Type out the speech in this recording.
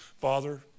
Father